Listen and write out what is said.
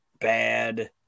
bad